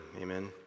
Amen